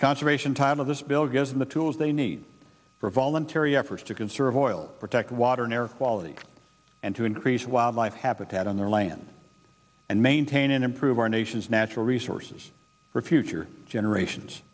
conservation time of this bill gives them the tools they need for a voluntary effort to conserve oil protect water and air quality and to increase wildlife habitat on their land and maintain and improve our nation's natural resources for future generations